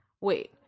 wait